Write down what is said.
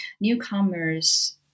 newcomers